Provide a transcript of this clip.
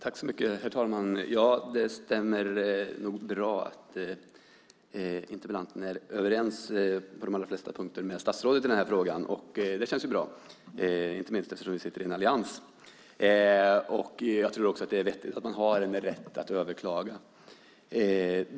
Herr talman! Det stämmer nog bra att interpellanten är överens med statsrådet på de allra flesta punkter i denna fråga. Det känns bra, inte minst eftersom vi sitter i en allians. Jag tror också att det är vettigt att man har rätt att överklaga.